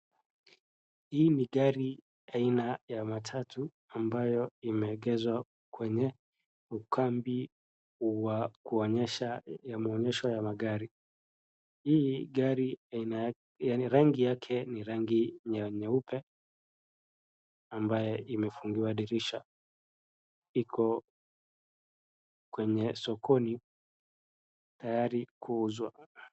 Hii ni gari aina ya matatu, ambayo imeegezwa kwenye ukambi ya mwonyesho ya magari, hii gari rangi yake ni rangi ya nyeupe, ambaye imefungiwa dirisha, iko kwenye sokoni tayari kuuzwa.